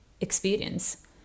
experience